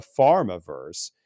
pharmaverse